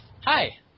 hi